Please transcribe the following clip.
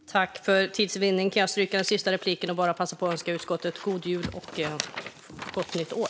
Fru talman! För tids vinning kan jag stryka den sista repliken och bara passa på att önska utskottet god jul och gott nytt år.